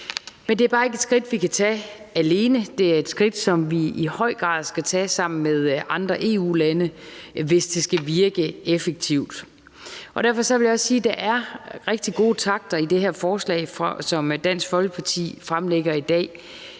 Men det er bare ikke et skridt, vi kan tage alene; det er et skridt, som vi i høj grad skal tage sammen med andre EU-lande, hvis det skal virke effektivt. Derfor vil jeg også sige, at der er rigtig gode takter i det her forslag, som Dansk Folkeparti har fremsat